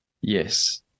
Yes